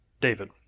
David